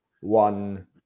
one